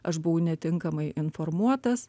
aš buvau netinkamai informuotas